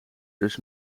dus